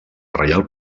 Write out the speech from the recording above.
reial